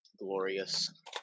glorious